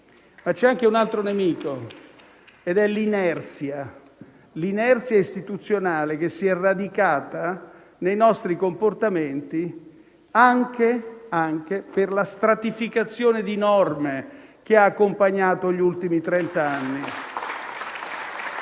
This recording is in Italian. è l'inerzia. Mi riferisco all'inerzia istituzionale che si è radicata nei nostri comportamenti anche per la stratificazione di norme che ha accompagnato gli ultimi trent'anni.